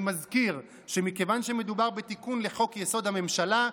אני מזכיר שמכיוון שמדובר בתיקון לחוק-יסוד: הממשלה,